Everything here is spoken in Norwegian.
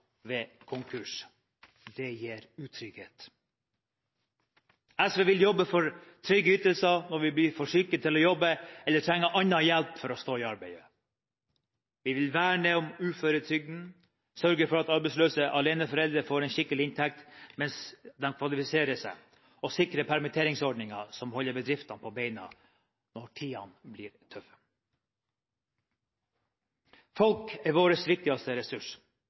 ved konkurs – det gir utrygghet. SV vil jobbe for trygge ytelser når vi blir for syke til å jobbe eller trenger annen hjelp for å stå i arbeid. Vi vil verne om uføretrygden, sørge for at arbeidsløse aleneforeldre får en skikkelig inntekt mens de kvalifiserer seg, og sikre permitteringsordninger som holder bedriftene på beina når tidene blir tøffe. Folk er vår viktigste ressurs.